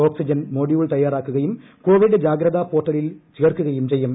okay Sijan module തയ്യാറാക്കുകയും Covid ജാഗ്രതാ പോർട്ടലിൽ ചേർക്കുകയും ചെയ്യും